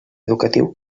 educatiu